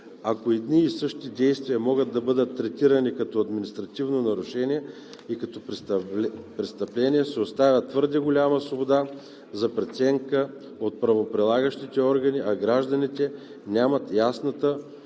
Ако едни и същи действия могат да бъдат третирани като административно нарушение и като престъпление, се оставя твърде голяма свобода за преценка от правоприлагащите органи, а гражданите нямат яснота